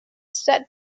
set